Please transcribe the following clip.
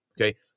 Okay